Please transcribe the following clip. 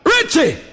Richie